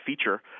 feature